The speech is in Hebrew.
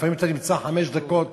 לפעמים אתה נמצא חמש דקות